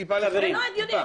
זה לא הגיוני.